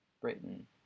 Britain